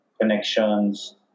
connections